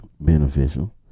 beneficial